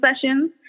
sessions